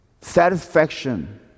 Satisfaction